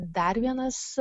dar vienas